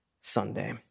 Sunday